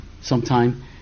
sometime